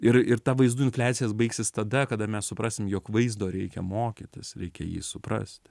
ir ir tą vaizdų infliacija baigsis tada kada mes suprasim jog vaizdo reikia mokytis reikia jį suprast